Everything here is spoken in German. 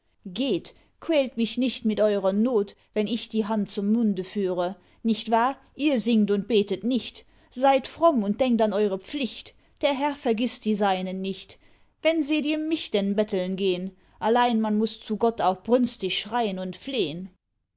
brot geht quält mich nicht mit eurer not wenn ich die hand zum munde führe nicht wahr ihr singt und betet nicht seid fromm und denkt an eure pflicht der herr vergißt die seinen nicht wenn seht ihr mich denn betteln gehen allein man muß zu gott auch brünstig schrein und flehen